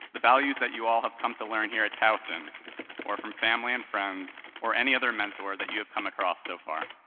the values that you all have come to learn here at towson or from family and friends or any other mentor that you have come across so far.